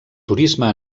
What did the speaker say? turisme